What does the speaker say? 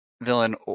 villain